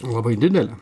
labai didelę